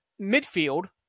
midfield